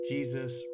Jesus